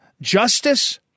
justice